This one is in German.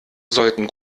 sollten